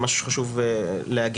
וזה מה שחשוב להגיד.